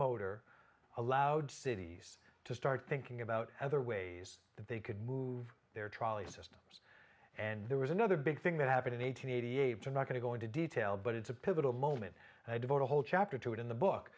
motor allowed cities to start thinking about other ways that they could move their trolley systems and there was another big thing that happened in eight hundred eighty eight are not going to go into detail but it's a pivotal moment and i devote a whole chapter to it in the book